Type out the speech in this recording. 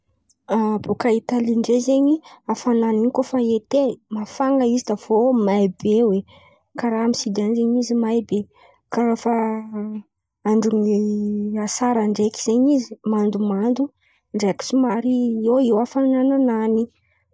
A bôka Italia ndraiky zen̈y, hafanana in̈y koa fa ete mafana izy de avô may be hoe. Karà amy sida an̈y zen̈y izy may be. Karà fa a- andron’ny hasara ndraiky zen̈y izy, mandomando ndraiky somary eo eo hafanana aminan̈y.